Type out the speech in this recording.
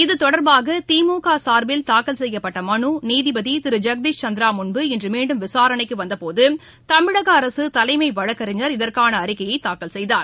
இதுதொடர்பாக திமுக சார்பில் தாக்கல் செய்யப்பட்ட மனு நீதிபதி திரு ஜெகதீஸ் சந்திரா முன் இன்று மீண்டும் விசாரணைக்கு வந்தபோது தமிழக அரசின் தலைமை வழக்கறிஞர் இதற்கான அறிக்கையை தாக்கல் செய்தார்